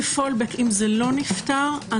אם זה לא נפתר,